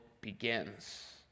begins